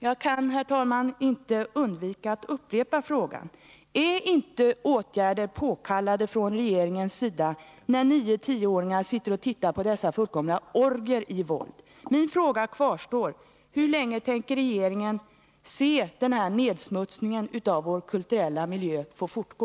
Jag kan, herr talman, inte underlåta att upprepa frågan: Är inte åtgärder från regeringens sida påkallade, när 9-10-åringar sitter och tittar på dessa fullkomliga orgier i våld? Min fråga kvarstår: Hur länge tänker regeringen låta den här nedsmutsningen av vår kulturella miljö fortgå?